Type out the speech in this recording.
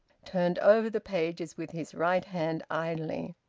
turned over the pages with his right hand idly.